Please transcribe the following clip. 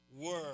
word